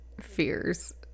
fears